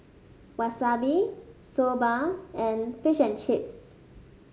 Wasabi Soba and Fish and Chips